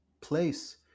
place